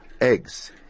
eggs